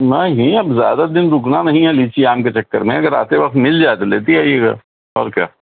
نہیں اب زیادہ دن رکنا نہیں ہے لیچی آم کے چکر میں اگر آتے وقت مل جائے تو لیتی آئیے گا اور کیا